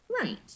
Right